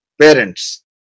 parents